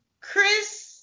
Chris